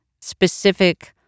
specific